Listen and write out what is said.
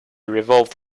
revolved